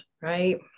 right